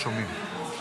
שואלים: על מה תדבר?